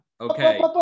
okay